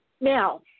Now